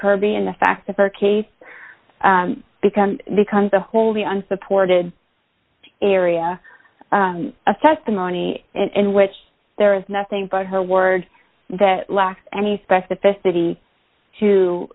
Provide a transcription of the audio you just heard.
kirby and the fact that her case becomes becomes a wholly unsupported area of testimony in which there is nothing but her word that lacks any specificity to